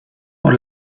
por